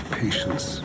patience